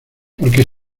porque